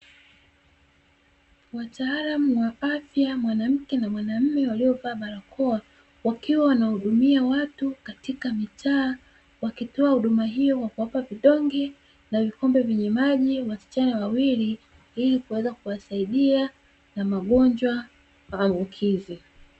Wataalamu wa afya mwanamke na mwanamume waliovaa barakoa, wakiwa wanahudumia watu katika mitaa wakitoa huduma hiyo kwa kuwapa vidonge na vikombe vyenye maji wasichana wawili, ili kuweza kuwasaidia na magonjwa ambukizi.